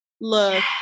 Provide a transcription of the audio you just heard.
look